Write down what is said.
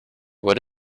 what